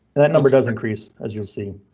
that number does increase. as you'll see.